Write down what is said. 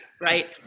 right